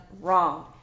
wrong